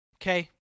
Okay